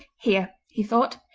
here, he thought,